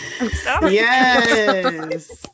yes